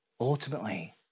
Ultimately